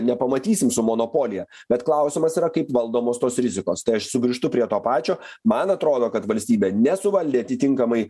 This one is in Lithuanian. nepamatysim su monopolija bet klausimas yra kaip valdomos tos rizikos tai aš sugrįžtu prie to pačio man atrodo kad valstybė nesuvaldė atitinkamai